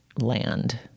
land